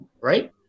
right